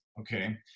Okay